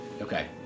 Okay